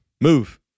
move